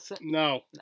No